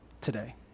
today